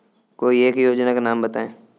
कोई एक योजना का नाम बताएँ?